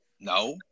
No